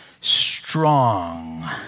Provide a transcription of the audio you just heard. Strong